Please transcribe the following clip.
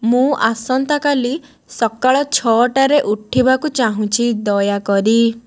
ମୁଁ ଆସନ୍ତାକାଲି ସକାଳ ଛଅଟାରେ ଉଠିବାକୁ ଚାହୁଁଛି ଦୟାକରି